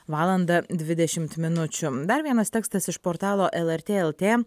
valandą dvidešimt minučių dar vienas tekstas iš portalo lrt lt